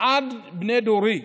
עד בני דורי.